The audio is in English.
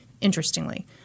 Interestingly